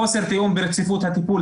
חוסר תיאום ברציפות הטיפול.